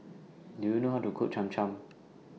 Do YOU know How to Cook Cham Cham